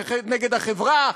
נגד החברה,